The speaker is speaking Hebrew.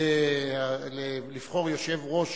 לבחור יושב-ראש